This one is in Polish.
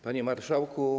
Panie Marszałku!